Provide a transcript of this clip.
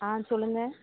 ஆ சொல்லுங்கள்